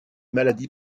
maladie